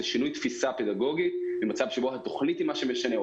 זה שינוי תפיסה פדגוגי ממצב שבו התוכנית היא מה שמשנה או